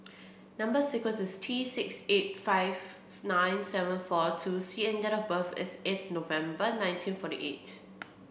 number sequence is T six eight five nine seven four two C and date of birth is eighth November nineteen forty eight